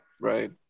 Right